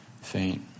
faint